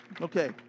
Okay